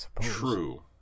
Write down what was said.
True